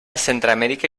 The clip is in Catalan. centreamèrica